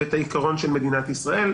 ואת העיקרון של מדינת ישראל,